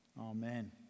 Amen